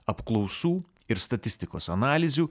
apklausų ir statistikos analizių